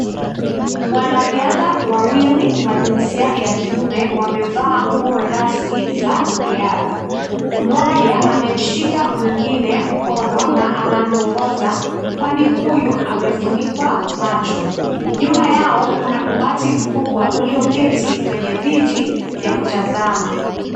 Wanaridha wawili wa jinsia ya kiume wamevaa nguo rasmi za riadha . Mmoja amemshika mwingine mkono na anamwongoza kwani huyu amefunikwa macho, nyuma yao kuna umati mkubwa ulioketi kwenye viti vya kutazama.